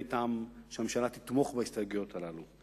שהממשלה תתמוך בהסתייגויות הללו.